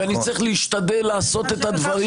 ואני צריך להשתדל לעשות את הדברים